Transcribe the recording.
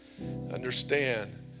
Understand